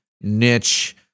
niche